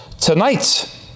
tonight